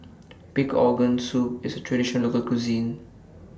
Pig Organ Soup IS A Traditional Local Cuisine